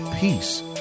peace